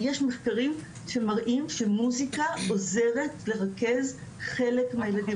יש מחקרים שמראים שמוסיקה עוזרת לרכז חלק מהילדים,